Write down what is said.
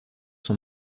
son